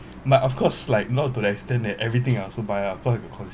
but of course like not to the extent that everything I also buy ah